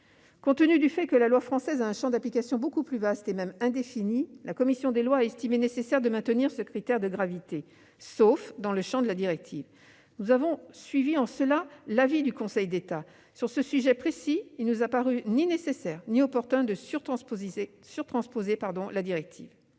Compte tenu du fait que la loi française a un champ d'application beaucoup plus vaste, et même indéfini, la commission des lois a estimé nécessaire de maintenir ce critère de gravité, sauf dans le champ de la directive. Nous avons suivi en cela l'avis du Conseil d'État. Sur ce sujet précis, il ne nous a paru ni nécessaire ni opportun de surtransposer la directive.